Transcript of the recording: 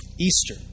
Easter